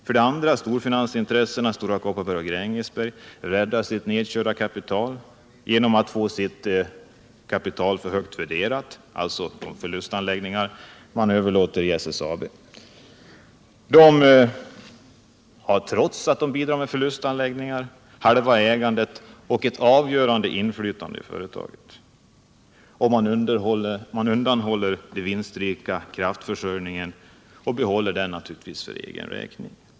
För det andra räddar storfinansintressena — Stora Kopparberg och Gränges —- sitt nedkörda kapital genom att få det högt värderat vid överlåtelsen av förlustanläggningar till SSAB. De har, trots att de bidrar med förlustanläggningar, halva ägandet och ett avgörande inflytande i företaget. Man undanhåller den vinstrika kraftförsörjningen och behåller naturligtvis den för egen räkning.